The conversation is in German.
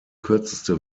kürzeste